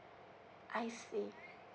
I see